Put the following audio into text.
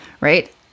right